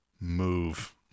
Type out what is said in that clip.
move